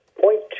Point